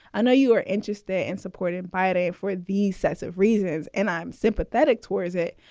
i know you are interesting and supported by day for these sorts of reasons and i'm sympathetic towards it.